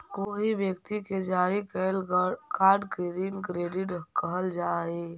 कोई व्यक्ति के जारी कैल कार्ड के ऋण क्रेडिट कहल जा हई